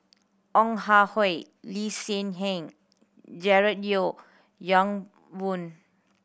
Ong Ah Hoi Lee Hsien Yang and George Yeo Yong Boon